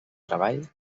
treball